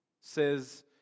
says